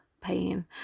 pain